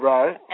Right